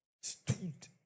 stood